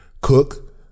cook